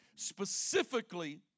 specifically